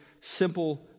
simple